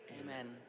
Amen